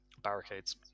barricades